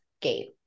gate